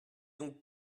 donc